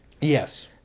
Yes